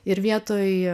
ir vietoj